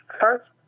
first